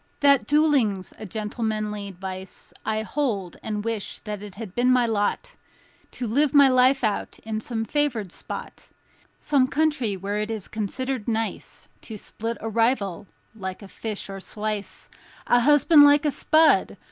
that dueling's a gentlemanly vice i hold and wish that it had been my lot to live my life out in some favored spot some country where it is considered nice to split a rival like a fish, or slice a husband like a spud,